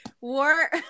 war